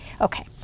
Okay